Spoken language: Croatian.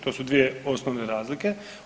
To su dvije osnovne razlike.